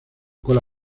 cola